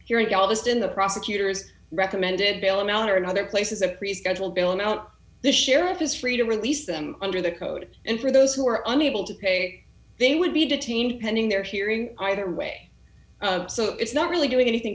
here in galveston the prosecutors recommended bail amount or in other places a prescheduled bailing out the sheriff is free to release them under the code and for those who are unable to pay they would be detained pending their hearing either way so it's not really doing anything